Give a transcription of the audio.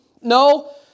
no